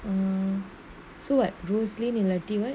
um so at rosaline what